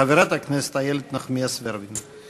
חברת הכנסת איילת נחמיאס ורבין.